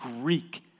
Greek